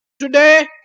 Today